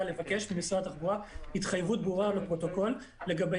לבקש ממשרד התחבורה התחייבות ברורה לפרוטוקול לגבי